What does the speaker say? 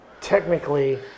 Technically